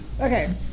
Okay